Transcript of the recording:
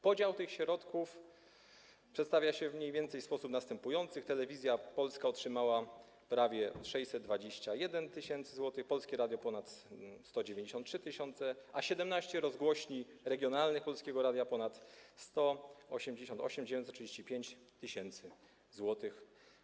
Podział tych środków przedstawia się mniej więcej w sposób następujący: Telewizja Polska otrzymała prawie 621 mln zł, Polskie Radio - ponad 193 mln, a 17 rozgłośni regionalnych Polskiego Radia - ponad 188 935 tys. zł.